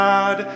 God